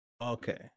okay